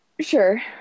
Sure